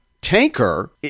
tanker